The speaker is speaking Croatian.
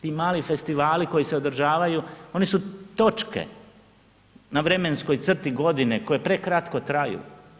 Ti mali festivali koji se održavaju, oni su točke na vremenskoj crti godine koji prekratko traju.